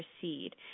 proceed